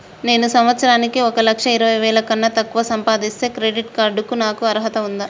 నేను సంవత్సరానికి ఒక లక్ష ఇరవై వేల కన్నా తక్కువ సంపాదిస్తే క్రెడిట్ కార్డ్ కు నాకు అర్హత ఉందా?